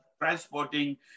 transporting